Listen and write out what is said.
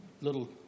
little